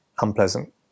unpleasant